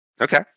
Okay